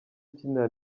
ukinira